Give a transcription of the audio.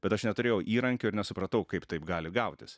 bet aš neturėjau įrankių ir nesupratau kaip taip gali gautis